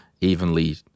evenly